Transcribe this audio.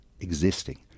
existing